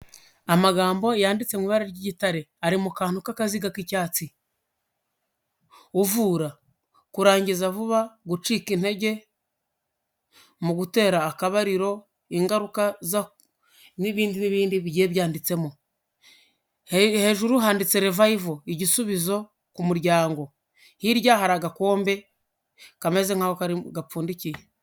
Amagambo yanditse mu ibara ry'igitare ari mu kantu k'akaziga k'icyatsi uvura kurangiza vuba, gucika intege mu gutera akabariro, ingaruka zo n'ibindi nibindi bigiye byanditsemo. Hejuru handitse revive igisubizo ku muryango, hirya hari agakombe kameze nk'agapfundikiye.